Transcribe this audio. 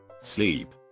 Sleep